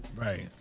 Right